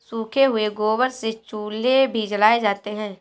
सूखे हुए गोबर से चूल्हे भी जलाए जाते हैं